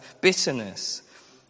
bitterness